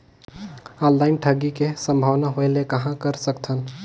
Online ठगी के संभावना होय ले कहां कर सकथन?